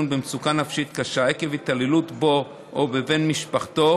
במצוקה נפשית קשה עקב התעללות בו או בבן משפחתו